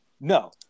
No